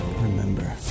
Remember